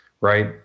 right